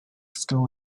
school